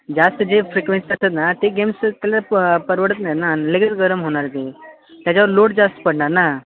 जास्त जे फ्रिक्वेन्सी असतात ना ते गेम्स ते त्याला प परवडत नाही ना लगेच गरम होणार तो त्याच्यावर लोड जास्त पडणार ना